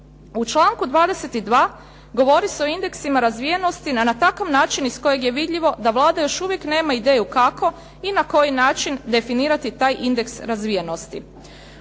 U članku 22. govori se o indeksima razvijenosti, na takav način iz kojeg je vidljivo da Vlada još uvijek nema ideju kako i na koji način definirati taj indeks razvijenosti.